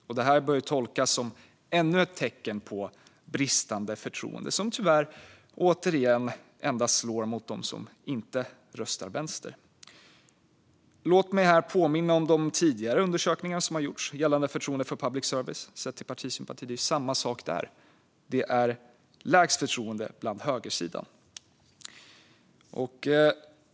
Det här bör tolkas som ännu ett tecken på bristande förtroende som tyvärr återigen endast slår mot dem som inte röstar vänster. Låt mig här påminna om de tidigare undersökningar som har gjorts gällande förtroende för public service sett till partisympati. Det är samma sak där - lägst förtroende på högersidan.